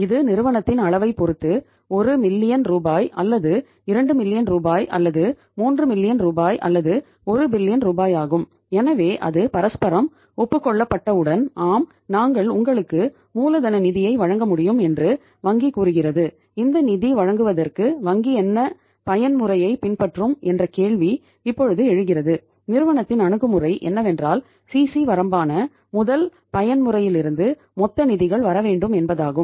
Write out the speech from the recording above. இது நிறுவனத்தின் அளவைப் பொறுத்து 1 மில்லியன் வரம்பான முதல் பயன்முறையிலிருந்து மொத்த நிதிகள் வர வேண்டும் என்பதாகும்